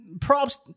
props